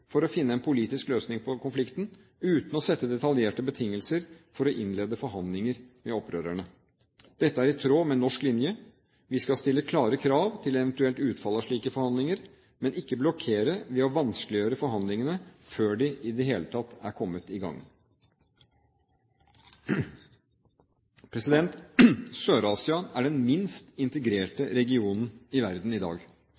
for å finne en politisk løsning på konflikten, uten å sette detaljerte betingelser for å innlede forhandlinger med opprørerne. Dette er i tråd med norsk linje. Vi skal stille klare krav til eventuelt utfall av slike forhandlinger, men ikke blokkere ved å vanskeliggjøre forhandlingene før de i det hele tatt er kommet i gang. Sør-Asia er den minst